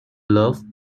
loved